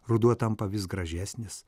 ruduo tampa vis gražesnis